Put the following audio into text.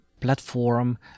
platform